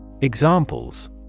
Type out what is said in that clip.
Examples